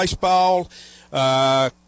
Baseball